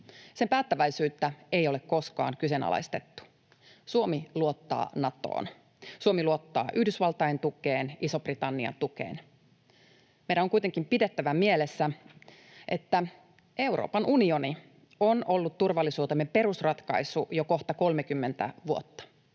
Sen päättäväisyyttä ei ole koskaan kyseenalaistettu. Suomi luottaa Natoon. Suomi luottaa Yhdysvaltain tukeen ja Ison-Britannian tukeen. Meidän on kuitenkin pidettävä mielessä, että Euroopan unioni on ollut turvallisuutemme perusratkaisu jo kohta 30 vuotta.